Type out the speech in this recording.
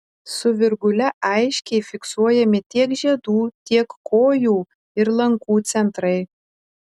su virgule aiškiai fiksuojami tiek žiedų tiek kojų ir lankų centrai